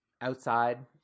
outside